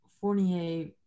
Fournier